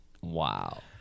Wow